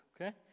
Okay